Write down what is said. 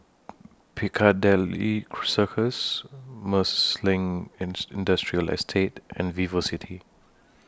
Piccadilly Circus Marsiling Ins Industrial Estate and Vivocity